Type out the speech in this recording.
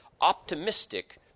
optimistic